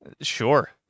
sure